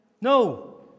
No